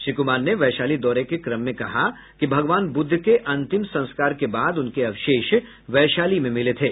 श्री कुमार ने वैशाली दौरे के क्रम में कहा कि भागवान बुद्ध के अंतिम संस्कार के बाद उनके अवशेष वैशाली में मिले थे